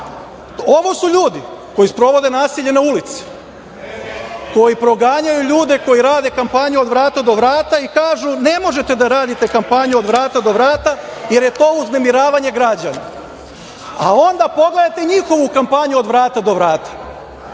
su ljudi koji sprovode nasilje na ulici, koji proganjaju ljude koji rade kampanju od vrata do vrata i kažu – ne možete da radite kampanju od vrata do vrata jer je to uznemiravanje građana, a onda pogledate njihovu kampanju od vrata do